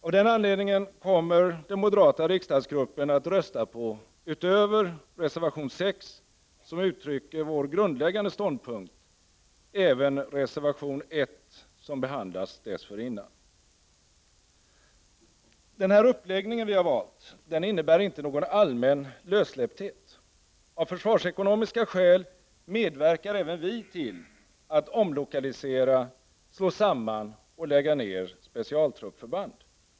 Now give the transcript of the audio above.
Av den anledningen kommer den moderata riksdagsgruppen att rösta på, utöver reservation 6 som uttrycker vår grundläggande ståndpunkt, även reservation I som behandlas dessförinnan. Den uppläggning som vi har valt innebär inte någon allmän lössläppthet. Av försvarsekonomiska skäl medverkar även vi till att omlokalisera, slå samman eller lägga ned specialtruppförband.